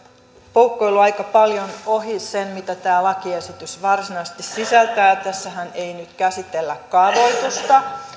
poukkoillut aika paljon ohi sen mitä tämä lakiesitys varsinaisesti sisältää tässähän ei nyt käsitellä kaavoitusta